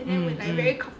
um um